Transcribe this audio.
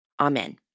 Amen